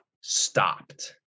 stopped